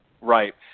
Right